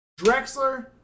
Drexler